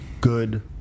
good